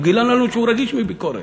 הוא גילה לנו שהוא רגיש לביקורת,